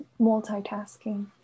multitasking